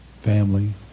family